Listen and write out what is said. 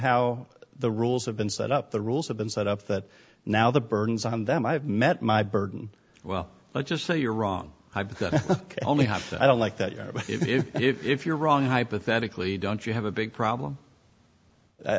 how the rules have been set up the rules have been set up that now the burdens on them i have met my burden well let's just say you're wrong i've only have i don't like that but if you're wrong hypothetically don't you have a big problem i